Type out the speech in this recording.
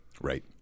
Right